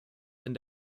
denn